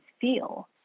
feel